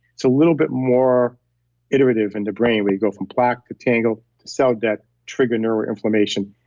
it's a little bit more iterative in the brain where you go from plaque, to tangle, to cell death, trigger neuroinflammation.